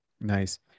Nice